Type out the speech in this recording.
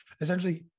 essentially